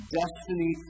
destiny